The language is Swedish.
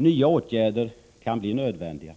Nya åtgärder kan bli nödvändiga.